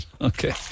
Okay